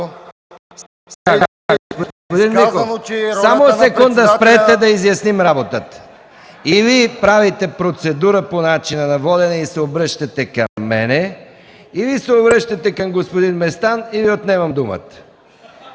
да изясним работата. Или правите процедура по начина на водене и се обръщате към мен, или се обръщате към господин Местан и Ви отнемам думата.